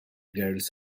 girls